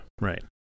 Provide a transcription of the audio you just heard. Right